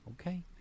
okay